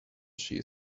she